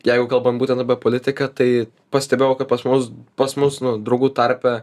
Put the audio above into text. jeigu kalbam būtent apie politiką tai pastebėjau kad pas mus pas mus nu draugų tarpe